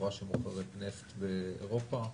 חברה שמוכרת נפט באירופה?